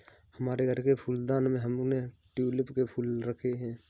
हमारे घर के फूलदान में हमने ट्यूलिप के फूल रखे हैं